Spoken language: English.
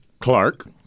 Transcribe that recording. Clark